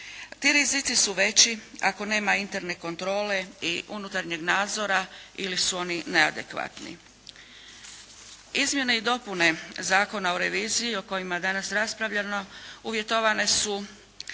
Ti rizici su veći ako nema interne kontrole i unutarnjeg nadzora ili su oni neadekvatni. Izmjene i dopune Zakona o reviziji o kojima danas raspravljamo, uvjetovane su